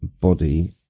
body